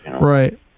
Right